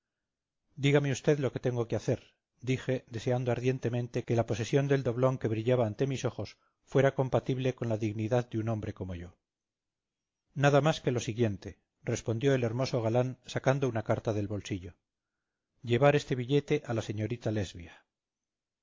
dígame usted lo que tengo que hacer dije deseando ardientemente que la posesión del doblón que brillaba ante mis ojos fuera compatible con la dignidad de un hombre como yo nada más que lo siguiente respondió el hermoso galán sacando una carta del bolsillo llevar este billete a la señorita lesbia